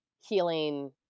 healing